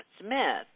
Smith